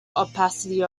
opacity